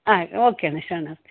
ಹಾಂ ಓಕೆ ಅಣ್ಣ ಶರಣಾರ್ಥಿ